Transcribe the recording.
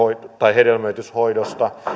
hedelmöityshoidosta